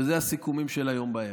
וזה הסיכומים של היום בערב.